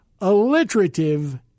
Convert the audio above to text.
alliterative